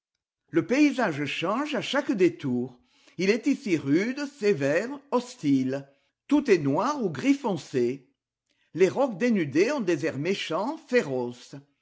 le paysage change à chaque détour il est ici rude sévère hostile tout est noir ou gris foncé les rocs dénudés ont des airs méchants féroces